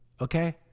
okay